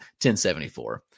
.1074